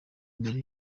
mbere